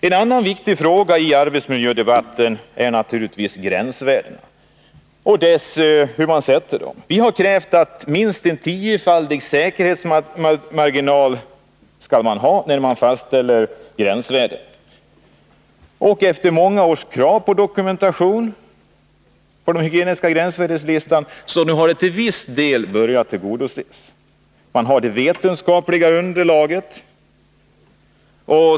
En annan viktig fråga i arbetsmiljödebatten är hygieniska gränsvärden och hur de fastställs. Vi har krävt att man skall ha en minst tiofaldig säkerhetsmarginal när man fastställer gränsvärden. Många års krav på dokumentation när det gäller hygieniska gränsvärden har nu till viss del börjat tillgodoses. Man har arbetat fram det vetenskapliga underlaget.